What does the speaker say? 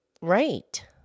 Right